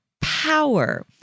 power